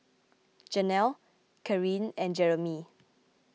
Jenelle Karyn and Jeremey